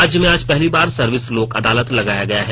राज्य में आज पहली बार सर्विस लोक अदालत लगाया गया है